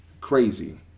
Crazy